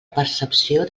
percepció